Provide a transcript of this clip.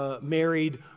married